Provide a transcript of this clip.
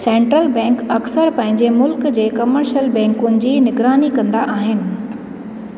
central bank अक्सर पंहिंजे मुल्क़ जे कमर्शियल बैंकुनि जी निगरानी कंदा आहिनि